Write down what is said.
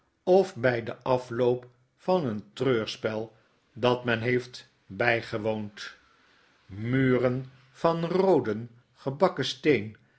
of bij den afloop van een treurspel dat men heeft bijgewoond muren van rooden gebakken steen